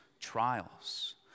trials